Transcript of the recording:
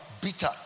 bitter